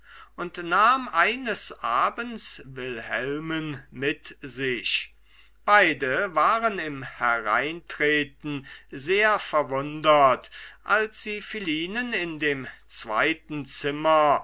und nahm eines abends wilhelmen mit sich beide waren im hereintreten sehr verwundert als sie philinen in dem zweiten zimmer